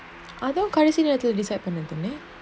other currency you நேத்துஅச்சுல:nethu achula